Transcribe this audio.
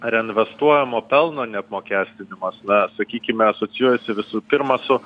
reinvestuojamo pelno neapmokestinimas na sakykime asocijuojasi visų pirma su